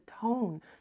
tone